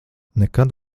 nekad